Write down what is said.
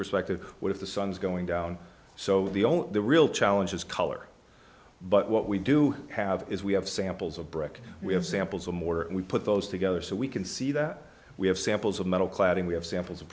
perspective what if the sun's going down so the only real challenge is color but what we do have is we have samples of brick we have samples of more we put those together so we can see that we have samples of metal cladding we have samples of